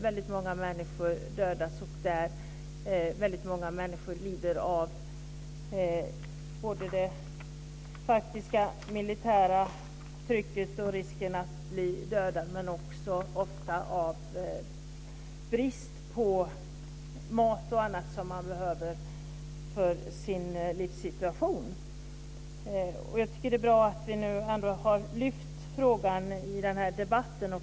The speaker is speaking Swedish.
Väldigt många människor dödas och väldigt många lider av både det faktiska militära trycket och risken att bli dödad men också av brist på mat och annat som man behöver för sin överlevnad. Jag tycker att det är bra att vi nu ändå har lyft upp frågan i den här debatten.